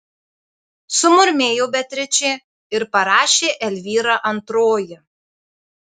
sumurmėjo beatričė ir parašė elvyra antroji